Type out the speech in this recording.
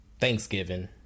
Thanksgiving